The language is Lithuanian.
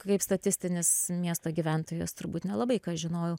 kaip statistinis miesto gyventojas turbūt nelabai ką žinojau